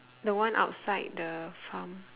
the one outside the farm